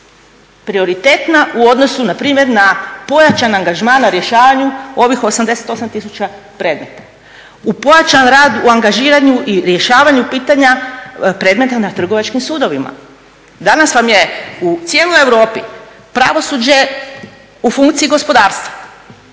Prioritetna u odnosu na primjer na pojačan angažman na rješavanju ovih 88 tisuća predmeta? U pojačan rad u angažiranju i rješavanju pitanja predmeta na trgovačkim sudovima? Danas vam je u cijeloj Europi pravosuđe u funkciji gospodarstva.